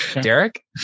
Derek